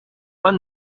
pas